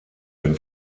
wenn